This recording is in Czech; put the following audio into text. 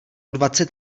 dvacet